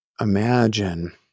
imagine